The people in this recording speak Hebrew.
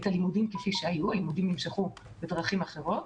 הם נמשכו בדרכים אחרות,